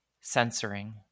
censoring